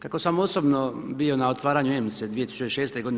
Kako sam osobno bio na otvaranju EMSA-e 2006.